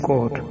God